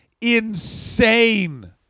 insane